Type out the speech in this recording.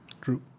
True